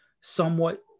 somewhat